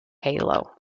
halo